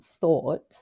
thought